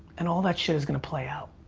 and all that shit is gonna play out.